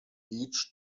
each